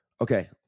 Okay